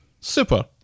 Super